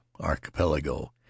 archipelago